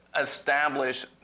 establish